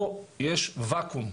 פה יש ואקום.